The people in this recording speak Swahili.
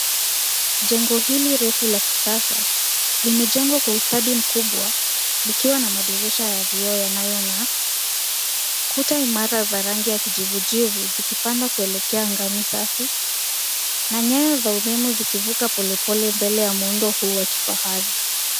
Jengo hili refu la kisasa limejengwa kwa ustadi mkubwa, likiwa na madirisha ya vioo yanayong'aa. Kuta imara za rangi ya kijivu jivu zikipanda kuelekea angani safi na nyaya za umeme zikivuka polepole mbele ya muundo huu wa kifahari.